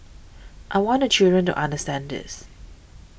I want the children to understand this